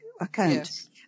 account